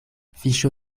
fiŝo